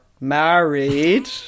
married